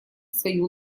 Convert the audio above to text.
свою